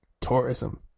tourism